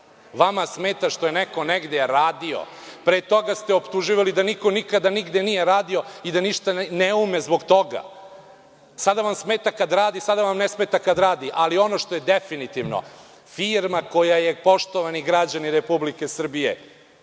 Vama smeta što je neko negde radio. Pre toga ste optuživali da niko nikada nigde nije radio i da ništa ne ume zbog toga. Sada vam smeta kada radi, sada vam ne smeta kada radi, ali ono što je definitivno, firma koja je, poštovani građani Republike Srbije,